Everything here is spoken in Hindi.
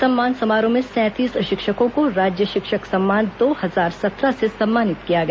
सम्मान समारोह में सैंतीस शिक्षकों को राज्य शिक्षक सम्मान दो हजार सत्रह से सम्मानित किया गया